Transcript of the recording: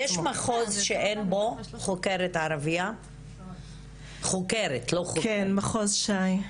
יש מחוז שאין בו חוקרת ערבייה, חוקרת לא חוקר?